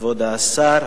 כבוד השר,